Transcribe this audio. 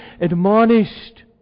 admonished